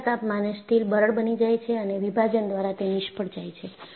નીચા તાપમાને સ્ટીલ બરડ બની જાય છે અને વિભાજન દ્વારા તે નિષ્ફળ જાય છે